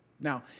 Now